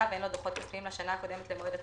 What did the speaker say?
ואין לו דוחות כספיים לשנה הקודמת למועד התחילה,